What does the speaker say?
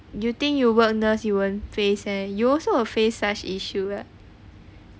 you think you work nurse you won't face eh you also will face such issue right